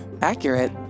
Accurate